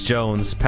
Jones